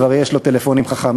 כבר יש לו טלפונים חכמים,